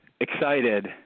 excited